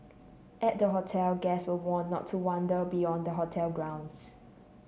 at the hotel guests were warned not to wander beyond the hotel grounds